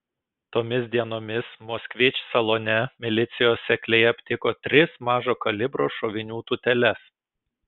tomis dienomis moskvič salone milicijos sekliai aptiko tris mažo kalibro šovinių tūteles